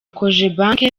cogebanque